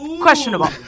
questionable